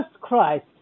Christ